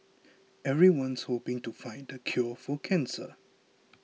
everyone's hoping to find the cure for cancer